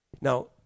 Now